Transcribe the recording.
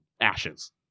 Ashes